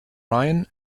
ryan